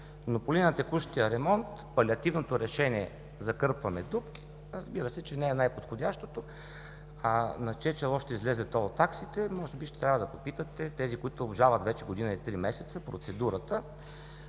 Но по линия на текущия ремонт, палиативното решение – закърпваме дупки, разбира се, че не е най-подходящото. На чие чело ще излязат ТОЛ таксите може би ще трябва да попитате тези, които обжалват процедурата вече година и три месеца. Ние